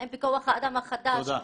האם בכוח האדם החדש --- תודה.